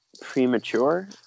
premature